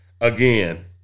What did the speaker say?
again